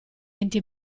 enti